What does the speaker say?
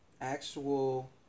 actual